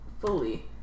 fully